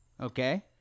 Okay